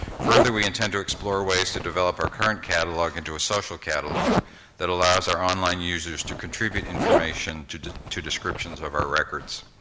further, we intend to explore ways to develop our current catalog into a social catalog that allows our online users to contribute information to to descriptions of our records.